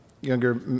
younger